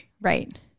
right